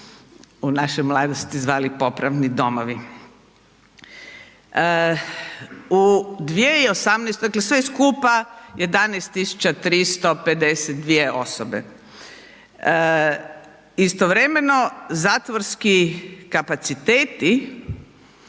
u našoj mladosti zvali, popravni domovi. U 2018., dakle sve skupa, 11 352 osobe. Istovremeno zatvorski kapaciteti